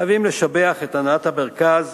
חייבים לשבח את הנהלת המרכז